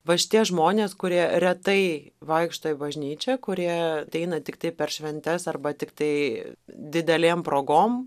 va šitie žmonės kurie retai vaikšto į bažnyčią kurie ateina tiktai per šventes arba tiktai didelėm progom